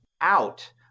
out